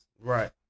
Right